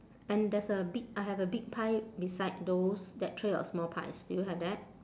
and there's a big I have a big pie beside those that tray of small pies do you have that